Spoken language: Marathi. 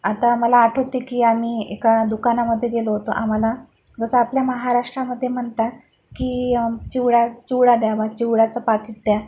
आता आम्हाला आठवते की आम्ही एका दुकानामध्ये गेलो होतो आम्हाला जसं आपल्या महाराष्ट्रामध्ये म्हणतात की चिवडा चिवडा द्या बा चिवड्याचं पाकीट द्या